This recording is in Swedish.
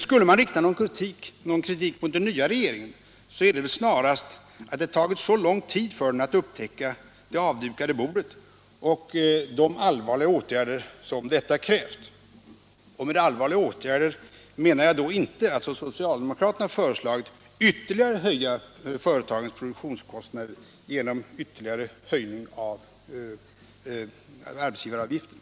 Skulle man rikta någon kritik mot den nya regeringen borde det väl närmast vara för att det tagit så lång tid för den att upptäcka det avdukade bordet och de allvarliga åtgärder som detta kräver. Och med allvarliga åtgärder menar jag då inte att, som socialdemokraterna föreslagit, ytterligare höja företagens produktionskostnader genom en ytterligare höjning av arbetsgivarävgiften.